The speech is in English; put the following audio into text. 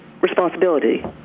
responsibility